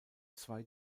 zwei